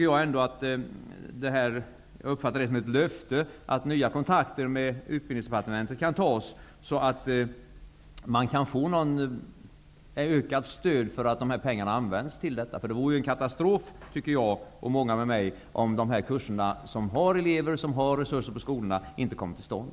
Jag uppfattar det som ett löfte att nya kontakter med Utbildningsdepartementet kan tas så att man kan få ökat stöd för att dessa pengar används till detta. Jag och många med mig tycker att det vore en katastrof om dessa kurser, som det finns resurser och elever till på skolorna, inte kommer till stånd.